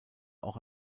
auch